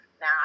Now